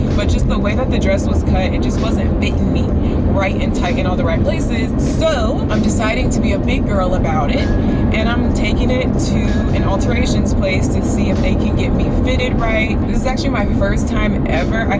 but just the way that the dress was cut, it just wasn't beating me right and tagging all the right places. so i'm deciding to be a big girl about it and i'm taking it to an alterations place to see if they can get me fitted right. this is actually my first time ever, like